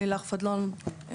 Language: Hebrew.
לילך פדלון,